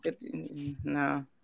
No